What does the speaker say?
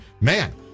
Man